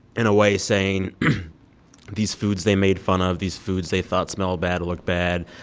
in a way, saying these foods they made fun of, these foods they thought smelled bad or looked bad,